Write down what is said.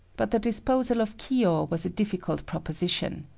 but the disposal of kiyo was a difficult proposition.